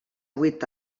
vuit